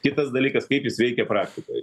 kitas dalykas kaip jis veikia praktikoj